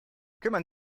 kümmern